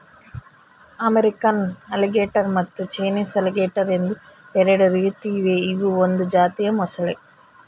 American alligator ಮತ್ತು Chinese alligator ಎಂದು ಎರಡು ರೀತಿ ಇವೆ ಇವು ಒಂದು ಜಾತಿಯ ಮೊಸಳೆ